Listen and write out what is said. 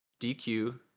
DQ